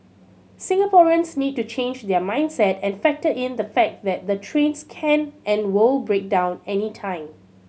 Singaporeans need to change their mindset and factor in the fact that the trains can and will break down anytime